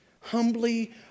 humbly